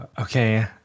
Okay